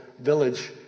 village